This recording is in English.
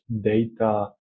data